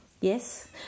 Yes